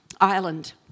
Ireland